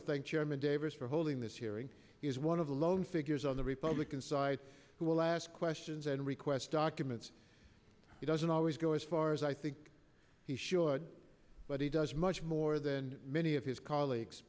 to thank chairman davis for holding this hearing he is one of the lone figures on the republican side who will ask questions and request documents it doesn't always go as far as i think he should but he does much more than many of his colleagues